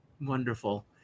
Wonderful